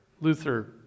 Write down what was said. Luther